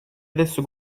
adesso